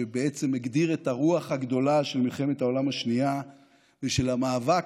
שבעצם הגדיר את הרוח הגדולה של מלחמת העולם השנייה ושל המאבק,